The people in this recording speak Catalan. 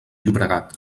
llobregat